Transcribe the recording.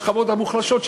השכבות המוחלשות,